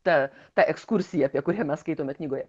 ta ta ekskursija apie kurią mes skaitome knygoje